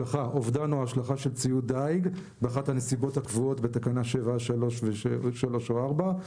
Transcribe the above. השלכה של ציוד דייג באחת הנסיבות הקבועות בתקנה 7(3) או (4),